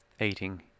eating